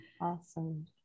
Awesome